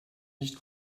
nicht